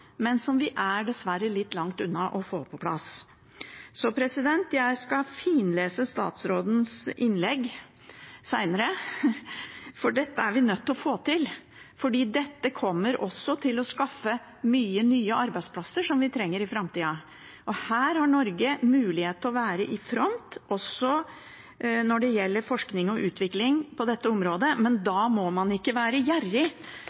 men som vi dessverre er litt langt unna å få på plass. Jeg skal finlese statsrådens innlegg seinere, for dette er vi nødt til å få til. Dette kommer også til å skaffe mange nye arbeidsplasser som vi trenger i framtida. Her har Norge mulighet til å være i front, også når det gjelder forskning og utvikling på dette området, men da må man ikke være gjerrig